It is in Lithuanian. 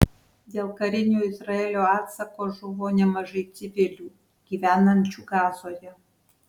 dėl karinio izraelio atsako žuvo nemažai civilių gyvenančių gazoje